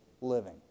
living